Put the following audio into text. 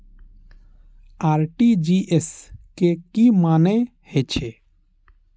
RTGS के की मानें हे छे?